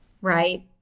right